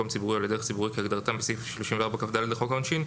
ציבורי או לדרך ציבורית כהגדרתם בסעיף 34כד לחוק העונשין,